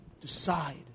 Decide